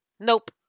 nope